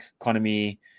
economy